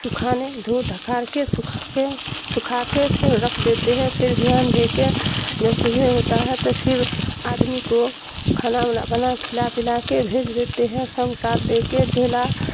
سکھانے دھو دھکار کے سکھا کے سکھا کے پھر رکھ دیتے ہے پھر بھیان بھی کے جب صبح ہوتا ہے تو پھر آدمی کو کھانا ونا بنا کھلا پلا کے بھیج دیتے ہے سنگ ساتھ دے کے جھولا